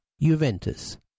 Juventus